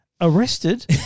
Arrested